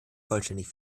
vollständig